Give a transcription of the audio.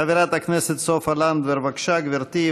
חברת הכנסת סופה לנדבר, בבקשה, גברתי.